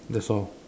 that's al